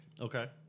okay